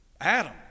Adam